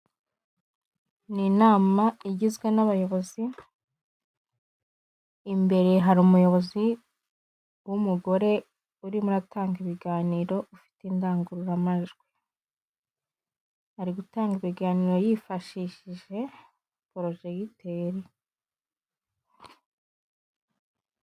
Ni inama igizwe n'abayobozi imbere hari umuyobozi w'umugore urimo atanga ibiganiro ufite indangururamajwi ari gutanga ibiganiro yifashishije porojegiteri.